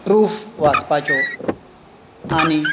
proof वाचपाच्यो आनी